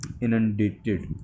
inundated